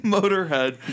Motorhead